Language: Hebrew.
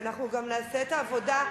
ואנחנו גם נעשה את העבודה,